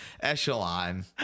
Echelon